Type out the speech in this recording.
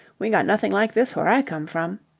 we got nothing like this where i come from.